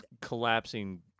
collapsing